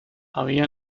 había